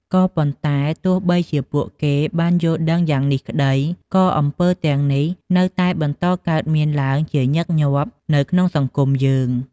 ក៏ប៉ុន្តែ ទោះបីជាពួកគេបានយល់ដឹងយ៉ាងនេះក្ដី ក៏អំពើទាំងនេះនៅតែបន្តកើតមានឡើងជាញឹកញាប់នៅក្នុងសង្គមយើង។